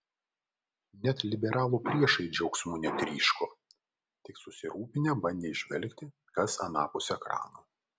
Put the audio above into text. net liberalų priešai džiaugsmu netryško tik susirūpinę bandė įžvelgti kas anapus ekrano